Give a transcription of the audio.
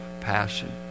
passion